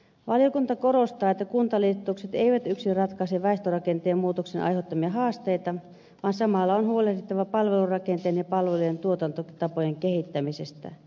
valiokunta korostaa että kuntaliitokset eivät yksin ratkaise väestörakenteen muutoksen aiheuttamia haasteita vaan samalla on huolehdittava palvelurakenteen ja palvelujen tuotantotapojen kehittämisestä